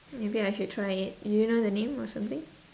maybe I should try it do you know the name or something